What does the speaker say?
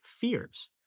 fears